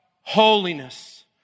holiness